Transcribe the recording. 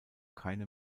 keine